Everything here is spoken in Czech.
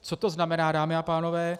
Co to znamená, dámy a pánové?